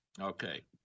Okay